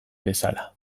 bezala